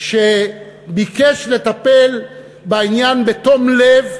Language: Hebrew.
ביקש לטפל בעניין בתום לב,